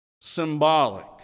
symbolic